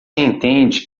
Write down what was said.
entende